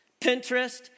Pinterest